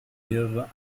mehrere